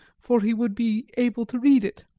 for he would be able to read it.